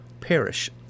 perish